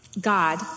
God